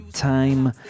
Time